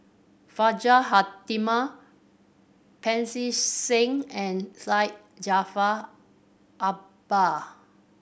Hajjah Fatimah Pancy Seng and Syed Jaafar Albar